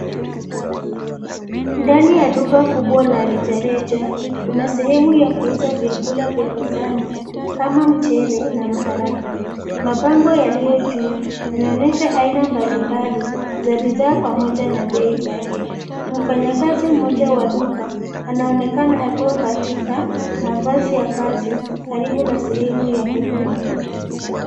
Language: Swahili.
Ndani ya duka kubwa la rejareja, kuna sehemu ya kuuza vyakula vya mizani, kama mchele na maharagwe. Mabango yaliyo juu yanaonyesha aina mbalimbali za bidhaa pamoja na bei zake. Mfanyakazi mmoja wa duka anaonekana akiwa katika mavazi ya kazi karibu na sehemu ya huduma.